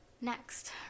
Next